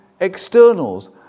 externals